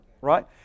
right